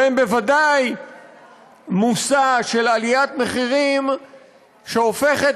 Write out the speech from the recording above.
והם בוודאי מושא להעלאת מחירים שהופכת